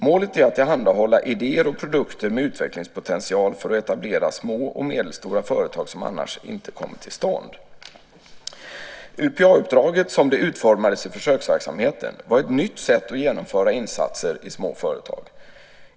Målet är att tillhandahålla idéer och produkter med utvecklingspotential för att etablera små och medelstora företag som annars inte kommit till stånd. UPA-uppdraget, som det utformades i försöksverksamheten, var ett nytt sätt att genomföra insatser i små företag.